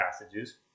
passages